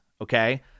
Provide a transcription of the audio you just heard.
okay